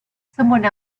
someone